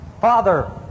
Father